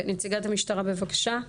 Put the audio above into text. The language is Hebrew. נציגת המשטרה בבקשה.